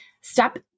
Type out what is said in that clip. step